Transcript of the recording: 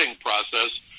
process